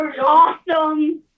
awesome